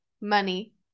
money